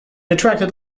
attracted